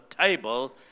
table